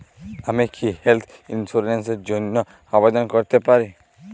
আমি কি health insurance র জন্য আবেদন করতে পারি?